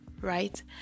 right